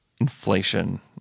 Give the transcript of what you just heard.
inflation